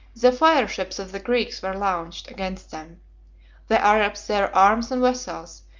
the fire-ships of the greeks were launched against them the arabs, their arms, and vessels,